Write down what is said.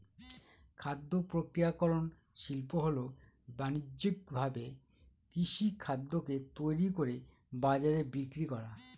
খাদ্য প্রক্রিয়াকরন শিল্প হল বানিজ্যিকভাবে কৃষিখাদ্যকে তৈরি করে বাজারে বিক্রি করা